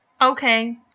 Okay